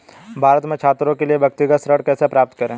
भारत में छात्रों के लिए व्यक्तिगत ऋण कैसे प्राप्त करें?